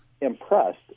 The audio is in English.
impressed